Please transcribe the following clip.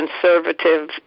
conservative